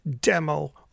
demo